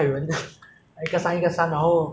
要一直上一个上一个才给到了那个人的家